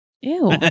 Ew